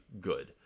good